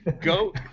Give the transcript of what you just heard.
Go